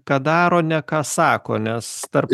ką daro ne ką sako nes tarp